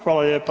Hvala lijepa.